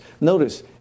Notice